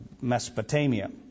Mesopotamia